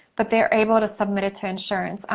but they're able to submit it to insurance.